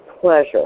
pleasure